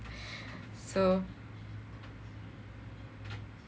so